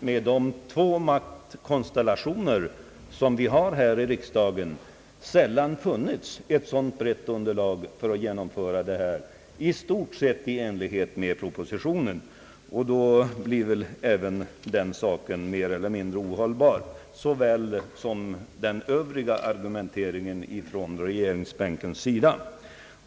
med de två maktkonstellationer som finns här i riksdagen, funnits ett så brett underlag för att genomföra detta i stort sett i enlighet med vad som föreslagits i propositionen, och då blir väl även den saken mer eller mindre ohållbar liksom den övriga argumenteringen ifrån regeringsbänkens sida.